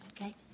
Okay